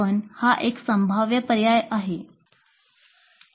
पण हा एक संभाव्य पर्याय आहे